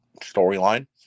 storyline